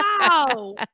Wow